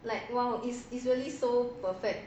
like !wow! it's it's really so perfect